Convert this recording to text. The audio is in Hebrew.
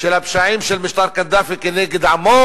של הפשעים של משטר קדאפי כנגד עמו,